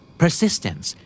persistence